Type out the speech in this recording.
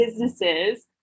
businesses